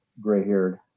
gray-haired